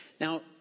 Now